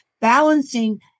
balancing